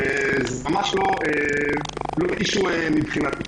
בסדר, זה ממש לא אישיו מבחינתי.